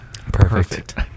Perfect